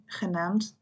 genaamd